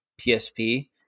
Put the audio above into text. psp